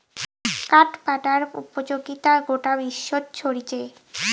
কাঠ পাটার উপযোগিতা গোটা বিশ্বত ছরিচে